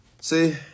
see